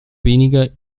weniger